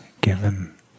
given